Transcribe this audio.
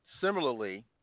similarly